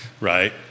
right